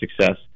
success